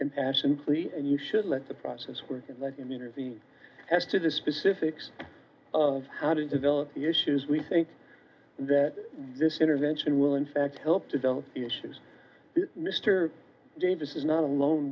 impassioned plea and you should let the process was and let him enter the house to the specifics of how to develop the issues we think that this intervention will in fact help develop issues mr davis is not alone